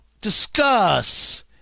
discuss